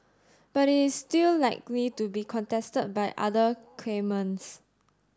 but it is still likely to be contested by other claimants